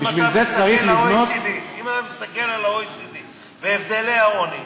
אם אתה מסתכל על ה-OECD והבדלי העוני,